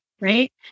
right